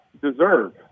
deserve